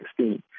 2016